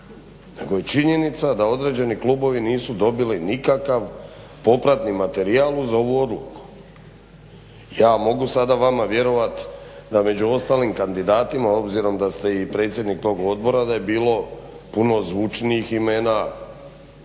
nego je činjenica da određeni klubovi nisu dobili nikakav popratni materijal uz ovu odluku. Ja mogu sada vama vjerovati da među ostalim kandidatima, obzirom da ste i predsjednik tog odbora da je bilo puno zvučnijih imena